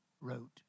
wrote